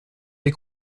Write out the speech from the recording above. des